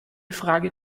frage